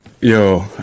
Yo